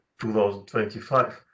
2025